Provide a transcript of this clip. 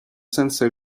senza